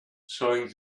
showing